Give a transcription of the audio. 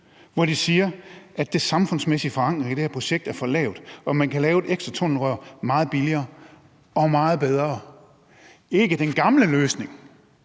hvor de siger, at den samfundsmæssige forankring i det projekt er for lav, og at man kan lave et ekstra tunnelrør meget billigere og meget bedre. Det er ikke den gamle løsning,